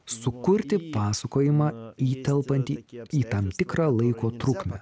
sukurti pasakojimą įtelpantį į tam tikrą laiko trukmę